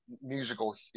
musical